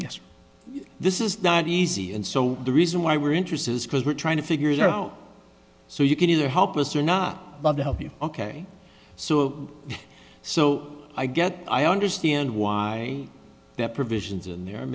yes this is that easy and so the reason why we're interested is because we're trying to figure it out so you can either help us or not but to help you ok so so i get i understand why the provisions in there